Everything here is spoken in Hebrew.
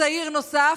צעיר נוסף,